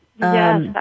Yes